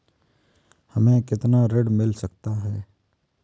हमें कितना ऋण मिल सकता है?